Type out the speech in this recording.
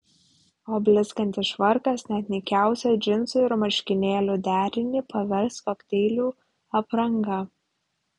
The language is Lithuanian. o blizgantis švarkas net nykiausią džinsų ir marškinėlių derinį pavers kokteilių apranga